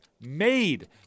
made